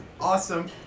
Awesome